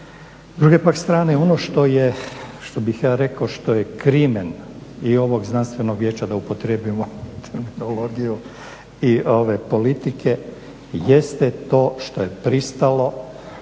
S druge pak strane, ono što bih ja rekao što je crimen i ovog znanstvenog vijeća da upotrijebimo terminologiju i ove politike jeste to što je pristalo